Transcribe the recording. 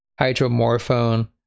hydromorphone